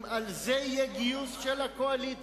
אם על זה יהיה גיוס של הקואליציה,